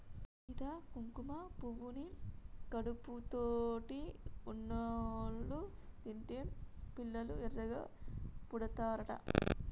సీత కుంకుమ పువ్వుని కడుపుతోటి ఉన్నోళ్ళు తింటే పిల్లలు ఎర్రగా పుడతారట